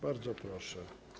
Bardzo proszę.